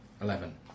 Eleven